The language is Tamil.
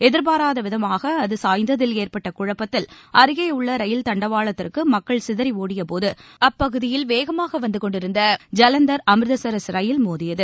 எதிர்பாராதவிதமாக அது சாய்ந்ததில் ஏற்பட்ட குழப்பத்தில் அருகேயுள்ள ரயில் தண்டவாளத்திற்கு மக்கள் சிதறி ஒடியபோது அப்பகுதியில் வேகமாக வந்து கொண்டிருந்த ஜலந்தர் அமிர்தசரஸ் ரயில் மோதியது